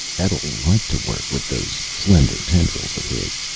etl liked to work with those slender tendrils of his.